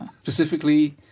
Specifically